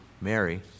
Mary